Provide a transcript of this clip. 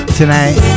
tonight